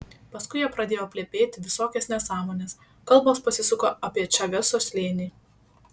paskui jie pradėjo plepėti visokias nesąmones kalbos pasisuko apie čaveso slėnį